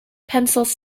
pencils